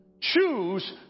choose